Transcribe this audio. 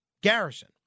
Garrison